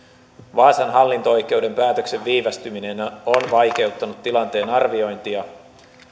vaasan hallinto oikeuden päätöksen viivästyminen on vaikeuttanut tilanteen arviointia